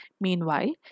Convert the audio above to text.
Meanwhile